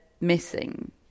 missing